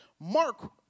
Mark